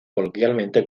coloquialmente